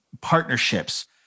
partnerships